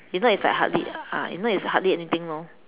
if not it's like hardly ah if not it's hardly anything lor